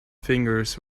fingers